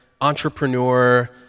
entrepreneur